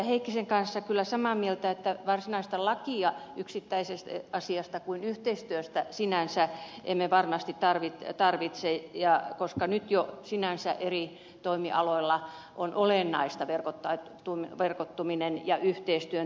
heikkisen kanssa kyllä samaa mieltä että varsinaista lakia yksittäisestä asiasta kuten yhteistyöstä sinänsä emme varmasti tarvitse koska nyt jo sinänsä eri toimialoilla on olennaista verkottuminen ja yhteistyön tekeminen